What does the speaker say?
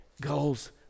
goals